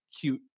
cute